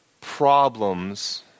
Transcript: problems